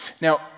Now